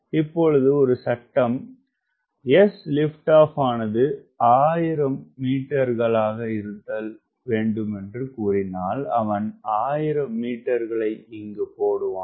இப்பொழுது ஒரு சட்டம் sLO ஆனது 1000 மீட்டர்களாக இருத்தல் வேண்டுமென்று கூறினால் அவன் 1000 மீட்டர்களை இங்கு போடுவான்